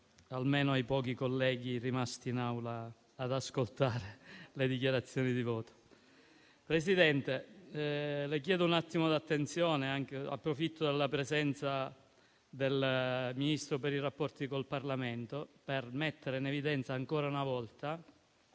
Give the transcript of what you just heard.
almeno ai pochi colleghi rimasti in Aula ad ascoltare le dichiarazioni di voto. Signor Presidente, le chiedo un attimo di attenzione e approfitto della presenza del Ministro per i rapporti con il Parlamento, per mettere in evidenza ancora una volta